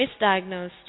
misdiagnosed